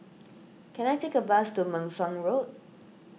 can I take a bus to Meng Suan Road